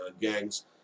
gangs